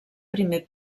primer